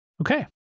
Okay